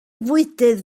fwydydd